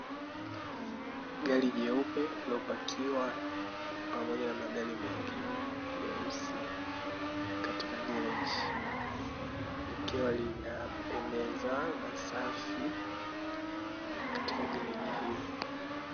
Gari jeupe lililopakiwa pamoja na magari mengine meusi katika gereji, likiwa linapendeza na safi katika gereji hiyo.